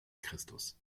christus